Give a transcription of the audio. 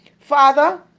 father